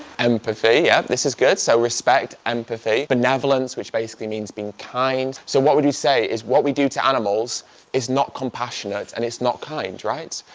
empathy yeah, this is good. so respect, empathy benevolence, which basically means being kind. so what would you say, is what we do to animals is not compassionate and it's not kind right?